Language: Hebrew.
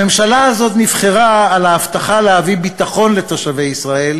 הממשלה הזאת נבחרה על ההבטחה להביא ביטחון לתושבי ישראל,